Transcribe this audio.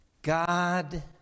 God